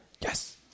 Yes